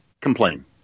complain